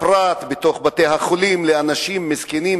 הפרט בתוך בתי-החולים לאנשים מסכנים,